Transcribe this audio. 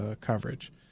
coverage